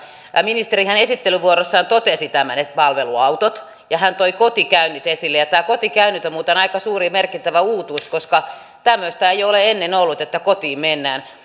ministerihän esittelypuheenvuorossaan totesi palveluautot ja hän toi kotikäynnit esille ja nämä kotikäynnit ovat muuten aika suuri merkittävä uutuus koska tämmöistä ei ole ennen ollut että kotiin mennään